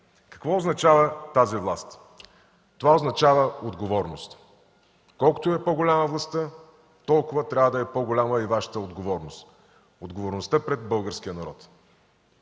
Какво означава тази власт? Това означава отговорност. Колкото е по-голяма отговорността, толкова трябва да е по-голяма и Вашата отговорност, отговорността пред българския народ.